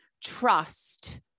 trust